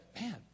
man